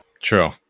True